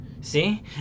See